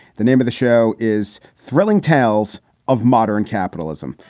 the name of the show is thrilling tales of modern capitalism.